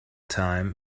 time